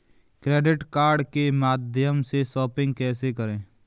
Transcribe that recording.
Credit card के माध्यम से शॉपिंग कैसे करें?